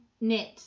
knit